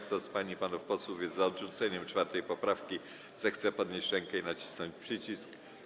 Kto z pań i panów posłów jest za odrzuceniem 4. poprawki, zechce podnieść rękę i nacisnąć przycisk.